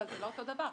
פה זה לא אותו הדבר.